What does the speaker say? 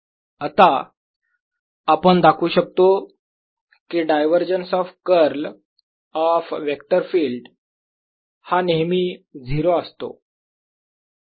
B0 आता आपण दाखवू शकतो की divergence of curl of vector field हा नेहमी 0 असतो